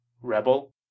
rebel